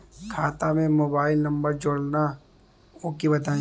खाता में mobile number जोड़ना ओके बताई?